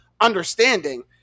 understanding